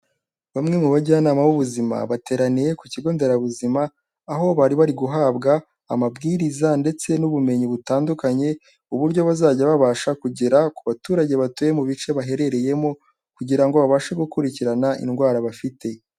Bamwe mu bajyanama b'ubuzima bateraniye ku kigo nderabuzima, aho bari bari guhabwa amabwiriza ndetse n'ubumenyi butandukanye, uburyo bazajya babasha kugera ku baturage batuye mu bice baherereyemo, kugira ngo babashe gukurikirana indwara bafite.